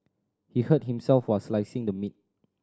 he hurt himself while slicing the meat